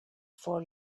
for